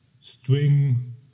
string